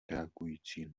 reagující